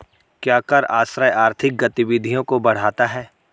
क्या कर आश्रय आर्थिक गतिविधियों को बढ़ाता है?